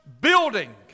building